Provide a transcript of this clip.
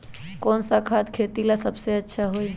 कौन सा खाद खेती ला सबसे अच्छा होई?